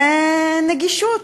ונגישות,